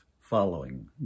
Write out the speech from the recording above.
following